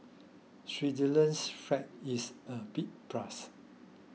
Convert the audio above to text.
Switzerland's flag is a big plus